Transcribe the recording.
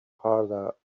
harder